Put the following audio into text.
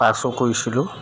পাচো কৰিছিলোঁ